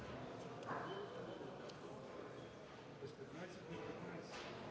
Благодаря,